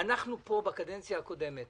בקדנציה הקודמת